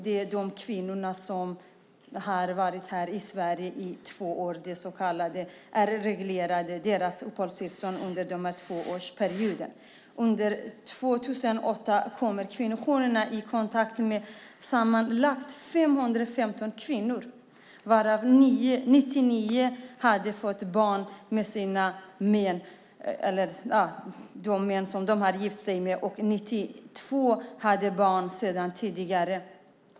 Det är kvinnor som varit i Sverige i två år. Deras uppehållstillstånd under denna tvåårsperiod är reglerad. Under 2008 kom kvinnojourerna i kontakt med sammanlagt 515 kvinnor varav 99 hade fått barn med den man de gift sig med och 92 hade barn sedan tidigare.